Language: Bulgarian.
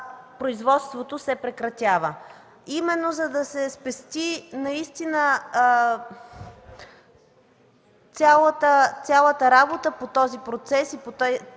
производството се прекратява именно за да се спести цялата работа по този процес, по